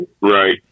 right